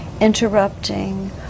interrupting